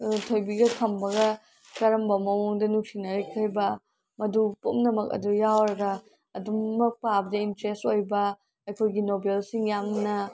ꯊꯣꯏꯕꯤꯒ ꯈꯝꯕꯒ ꯀꯔꯝꯕ ꯃꯑꯣꯡꯗ ꯅꯨꯡꯁꯤꯅꯔꯛꯈꯤꯕ ꯃꯗꯨ ꯄꯨꯝꯅꯃꯛ ꯑꯗꯨ ꯌꯥꯎꯔꯒ ꯑꯗꯨꯃꯛ ꯄꯥꯕꯗ ꯏꯟꯇꯔꯦꯁ ꯑꯣꯏꯕ ꯑꯩꯈꯣꯏꯒꯤ ꯅꯣꯕꯦꯜꯁꯤꯡ ꯌꯥꯝꯅ